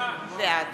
בעד